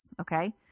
okay